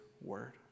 word